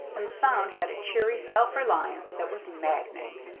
and the sound had a cheery self-reliance that was maddening.